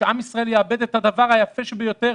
שעם ישראל יאבד בגלל זה את הדבר היפה ביותר,